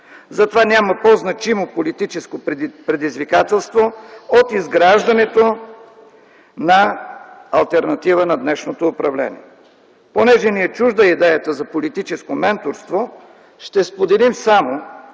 Затова няма по-значимо политическо предизвикателство от изграждането на алтернатива на днешното управление. Понеже ни е чужда идеята за политическо менторство, ще споделим само,